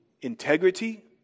integrity